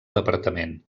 departament